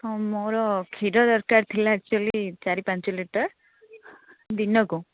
ହଁ ମୋର କ୍ଷୀର ଦରକାର ଥିଲା ଆକ୍ଚୁଆଲି ଚାରି ପାଞ୍ଚ ଲିଟର ଦିନକୁ